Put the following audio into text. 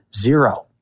zero